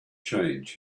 change